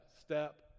step